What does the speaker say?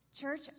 Church